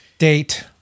date